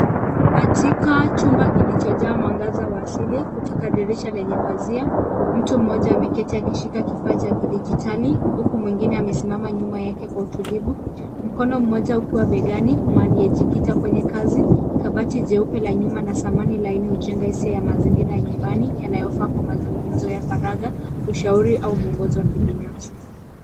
Katika chumba kilichojaa mwangaza wa asili, kutoka dirisha lenye pazia, mtu mmoja ameketi akishika kifaa cha kidijitali huku mwengine amesimama nyuma yake kwa utulivu. Mkono mmoja ukiwa begani mwa aliyejikita kwenye kazi. Kabati jeupe la nyuma na samani linaojenga hisia ya mazingira ya nyumbani yanayofaa kwa mazungumzo ya faragha, ushauri au mwongozo wa kibinafsi.